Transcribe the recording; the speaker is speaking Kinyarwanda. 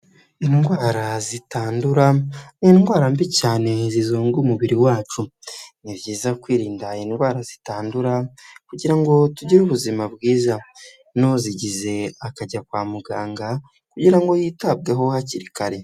Indwara zitandura ni indwara mbi cyane zizonga umubiri wacu, ni byiza kwirinda indwara zitandura kugira ngo tugire ubuzima bwiza n'uzigize akajya kwa muganga kugira ngo yitabweho hakiri kare.